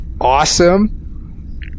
awesome